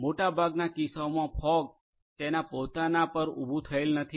મોટાભાગના કિસ્સાઓમાં ફોગ તેના પોતાના પર ઉભું થયેલ નથી